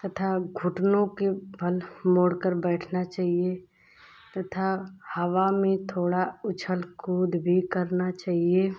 तथा घुटनों के बल मोड़कर बैठना चाहिए तथा हवा में थोड़ा उछ्ल कूद भी करना चाहिए